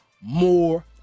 more